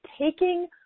taking